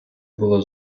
було